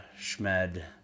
Schmed